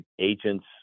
agents